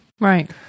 right